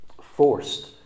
forced